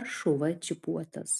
ar šuo čipuotas